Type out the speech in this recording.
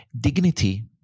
Dignity